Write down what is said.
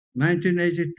1982